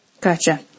Gotcha